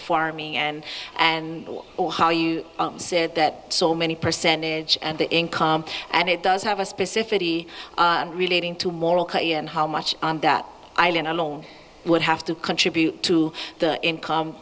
farming and and or how you said that so many percentage of the income and it does have a specific relating to moral and how much on that island alone would have to contribute to the income